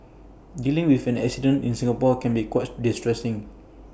dealing with an accident in Singapore can be quite distressing